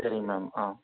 சரிங்க மேம் ஆ